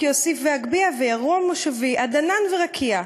כי אוסיף ואגביה / וירום מושבי עד ענן ורקיע.'